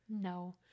No